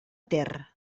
ter